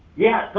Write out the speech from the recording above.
yeah,